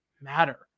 matter